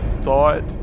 thought